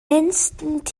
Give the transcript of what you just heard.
instant